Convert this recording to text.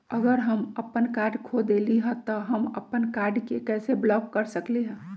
अगर हम अपन कार्ड खो देली ह त हम अपन कार्ड के कैसे ब्लॉक कर सकली ह?